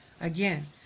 Again